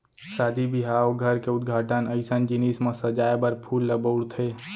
सादी बिहाव, घर के उद्घाटन अइसन जिनिस म सजाए बर फूल ल बउरथे